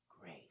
grace